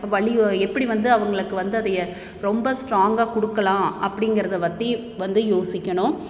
வழிவகை எப்படி வந்து அவங்களுக்கு வந்து அதை ரொம்ப ஸ்ட்ராங்காக கொடுக்கலாம் அப்டிங்கிறத பற்றி வந்து யோசிக்கணும்